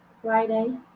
Friday